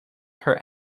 her